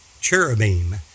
cherubim